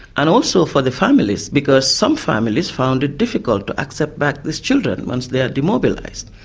and also for the families, because some families found it difficult to accept back these children when they are demobilised.